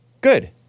good